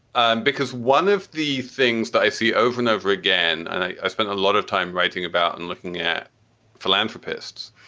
and because one of the things that i see over and over again. i spend a lot of time writing about and looking at philanthropists.